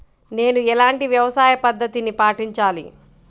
నేను ఎలాంటి వ్యవసాయ పద్ధతిని పాటించాలి?